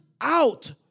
out